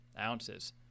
ounces